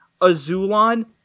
Azulon